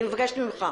אני מבקשת ממך.